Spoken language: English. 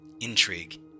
intrigue